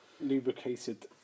lubricated